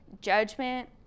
judgment